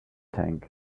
tank